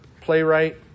playwright